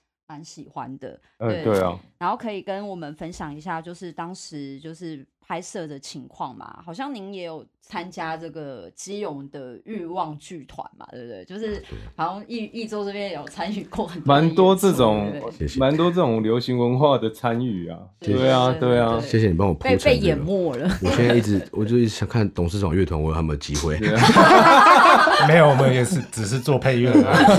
蛮喜欢的，呃，对。对啊。然后可以跟我们分享一下，就是当时就是拍摄的情况嘛，好像您也有参加这个基隆的欲望剧团嘛，对不对？就是对。好像益- 益州这边有参与过很多的演出，蛮多这种- 对不对？ 谢谢。蛮多这种流行文化的参与啊，对，对啊，对，对啊。对。谢谢你帮我铺陈这个。被- 被淹没了。我现在一直- 我就一直想看董事长乐团， 我有没有机会？ 没有，我们也是- 只是做配乐的啊。 其实我-